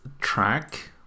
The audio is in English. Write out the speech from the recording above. track